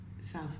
South